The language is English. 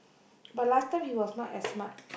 but last time he was not as smart